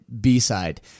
B-side